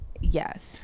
Yes